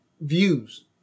views